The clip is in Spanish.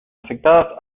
afectadas